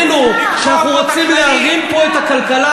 שאנחנו רוצים להרים פה את הכלכלה,